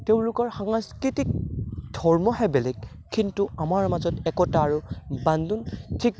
তেওঁলোকৰ সাংস্কৃতিক ধৰ্মহে বেলেগ কিন্তু আমাৰ মাজত একতা আৰু বান্ধোন ঠিক